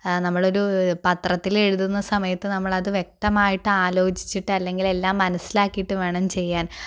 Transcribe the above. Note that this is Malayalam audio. നമ്മളൊരു പത്രത്തിൽ എഴുതുന്ന സമയത്ത് നമ്മൾ അത് വ്യക്തമായിട്ട് ആലോചിച്ചിട്ട് അല്ലെങ്കിൽ എല്ലാം മനസ്സിലാക്കിയിട്ട് വേണം ചെയ്യാൻ